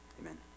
Amen